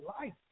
life